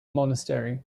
monastery